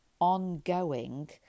ongoing